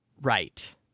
Right